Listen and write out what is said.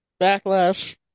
Backlash